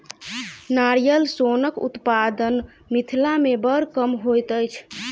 नारियल सोनक उत्पादन मिथिला मे बड़ कम होइत अछि